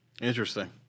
Interesting